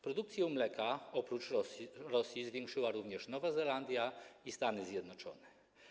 Produkcję mleka oprócz Rosji zwiększyły również Nowa Zelandia i Stany Zjednoczone.